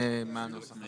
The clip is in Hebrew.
זו המהות של הסעיף הזה.